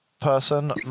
person